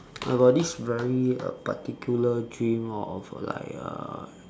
I got this very uh particular dream of like uh